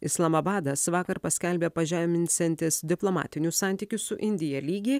islama vadas vakar paskelbė pažeminsiantis diplomatinių santykių su indija lygį